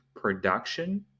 production